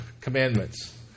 commandments